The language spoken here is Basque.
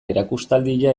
erakustaldia